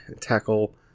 tackle